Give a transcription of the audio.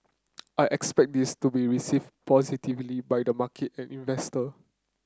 I expect this to be received positively by the market and investor